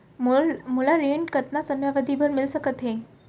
मोला ऋण कतना समयावधि भर मिलिस सकत हे?